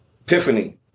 Epiphany